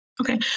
Okay